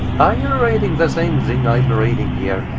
ah yeah reading the same thing i am reading here?